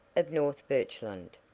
of north birchland.